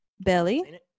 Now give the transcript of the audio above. belly